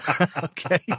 Okay